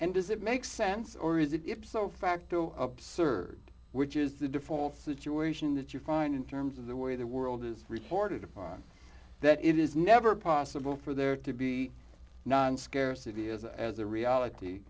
and does it make sense or is if so facto absurd which is the default situation that you find in terms of the way the world is reported upon that it is never possible for there to be non scarcity as as a reality